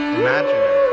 imaginary